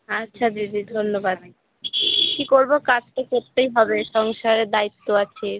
আচ্ছা দিদি ধন্যবাদ কী করবো কাজ তো করতেই হবে সংসারের দায়িত্ব আছে